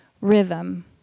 rhythm